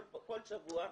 כל שבוע,